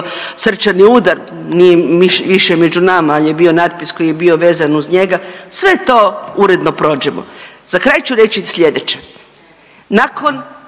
srčani udar, nije više među nama, ali je bio natpis koji je bio vezan uz njega, sve je to uredno prođemo. Za kraj ću reći sljedeće, nakon